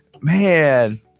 man